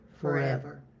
forever